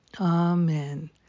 Amen